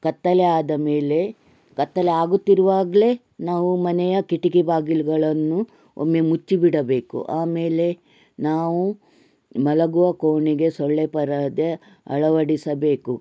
ಕತ್ತಲೆ ಆದ ಮೇಲೆ ಕತ್ತಲೆ ಆಗುತ್ತಿರುವಾಗಲೇ ನಾವು ಮನೆಯ ಕಿಟಿಕಿ ಬಾಗಿಲುಗಳನ್ನು ಒಮ್ಮೆ ಮುಚ್ಚಿ ಬಿಡಬೇಕು ಆಮೇಲೆ ನಾವು ಮಲಗುವ ಕೋಣೆಗೆ ಸೊಳ್ಳೆ ಪರದೆ ಅಳವಡಿಸಬೇಕು